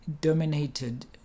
dominated